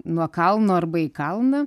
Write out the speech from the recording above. nuo kalno arba į kalną